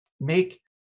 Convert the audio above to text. Make